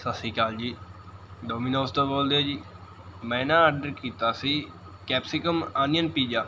ਸਤਿ ਸ਼੍ਰੀ ਅਕਾਲ ਜੀ ਡੋਮੀਨੋਜ਼ ਤੋਂ ਬੋਲ਼ਦੇ ਜੀ ਮੈਂ ਨਾ ਓਡਰ ਕੀਤਾ ਸੀ ਕੈਪਸੀਕਮ ਓਨੀਅਨ ਪੀਜ਼ਾ